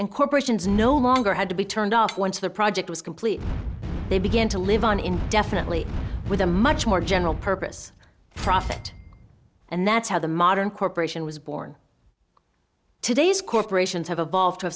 and corporations no longer had to be turned off once the project was complete they began to live on indefinitely with a much more general purpose profit and that's how the modern corporation was born today's corporations have